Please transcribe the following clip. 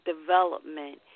development